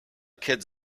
kids